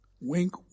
Wink